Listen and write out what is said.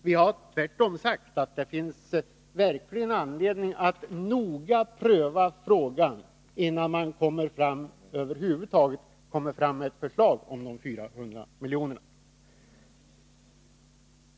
Vi har tvärtom sagt att det verkligen finns anledning att noga pröva frågan innan man över huvud taget kommer fram med något förslag om 400 milj.kr.